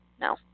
no